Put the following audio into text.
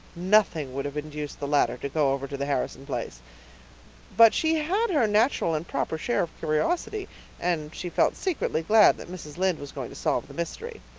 nothing would have induced the latter to go over to the harrison place but she had her natural and proper share of curiosity and she felt secretly glad that mrs. lynde was going to solve the mystery.